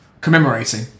commemorating